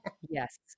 Yes